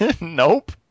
Nope